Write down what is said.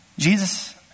Jesus